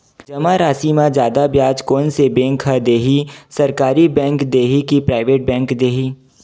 जमा राशि म जादा ब्याज कोन से बैंक ह दे ही, सरकारी बैंक दे हि कि प्राइवेट बैंक देहि?